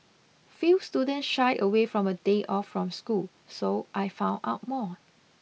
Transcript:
few students shy away from a day off from school so I found out more